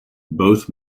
both